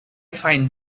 find